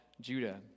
Judah